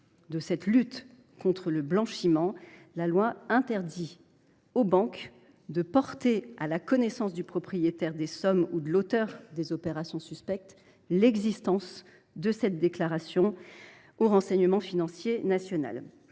de la lutte contre le blanchiment, la loi interdit aux banques de porter à la connaissance du propriétaire des sommes ou de l’auteur des opérations suspectes l’existence de cette déclaration. Cette confidentialité